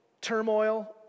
turmoil